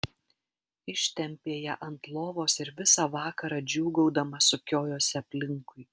ištempė ją ant lovos ir visą vakarą džiūgaudama sukiojosi aplinkui